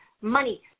money